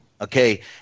Okay